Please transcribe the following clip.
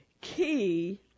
Key